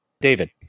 David